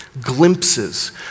glimpses